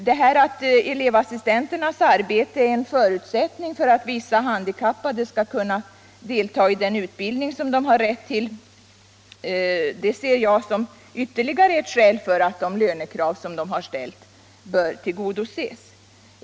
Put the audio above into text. Det förhållandet att elevassistenternas arbete är en förutsättning för att vissa handikappade skall kunna delta i den utbildning som de har rätt till ser jag som ytterligare ett skäl för att de lönekrav elevassistenterna framfört skall tillgodoses.